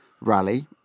rally